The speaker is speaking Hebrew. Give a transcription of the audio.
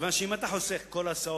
כיוון שאם אתה חוסך את כל ההסעות,